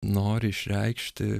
nori išreikšti